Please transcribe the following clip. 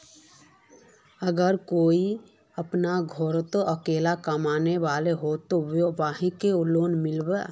अगर कोई अपना घोरोत अकेला कमाने वाला होचे ते वहाक लोन मिलबे?